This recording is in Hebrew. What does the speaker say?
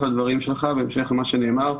לדברים שלך ובהמשך ללמה שנאמר.